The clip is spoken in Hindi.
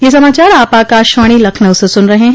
ब्रे क यह समाचार आप आकाशवाणी लखनऊ से सुन रहे हैं